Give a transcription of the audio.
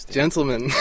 gentlemen